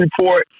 report